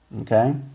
Okay